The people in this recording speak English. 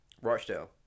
Rochdale